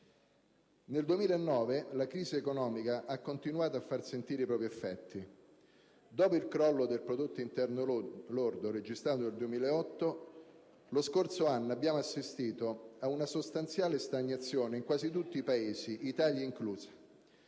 Nel 2009 la crisi economica ha continuato a far sentire i propri effetti. Dopo il crollo del prodotto interno lordo registrato nel 2008, lo scorso anno abbiamo assistito ad una sostanziale stagnazione in quasi tutti i Paesi, Italia inclusa,